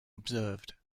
observed